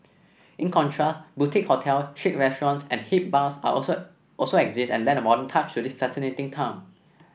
in contrast boutique hotel chic restaurants and hip bars are also also exist and lend a modern touch to this fascinating town